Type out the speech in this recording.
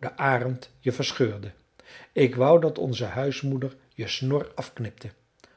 de arend je verscheurde ik wou dat onze huismoeder je snor afknipte